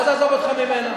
מה זה "עזוב אותך ממנה"?